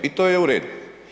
I to je u redu.